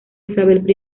isabel